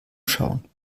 schauen